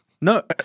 No